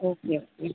okay okay